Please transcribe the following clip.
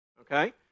okay